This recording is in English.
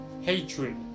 Hatred